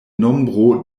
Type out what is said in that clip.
nombro